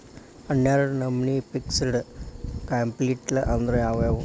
ಹನ್ನೆರ್ಡ್ ನಮ್ನಿ fixed capital ಅಂದ್ರ ಯಾವವ್ಯಾವು?